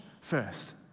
first